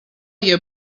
you